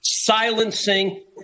silencing